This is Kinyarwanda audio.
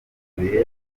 bihe